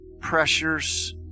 pressures